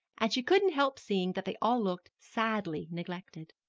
and she couldn't help seeing that they all looked sadly neglected.